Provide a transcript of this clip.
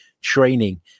training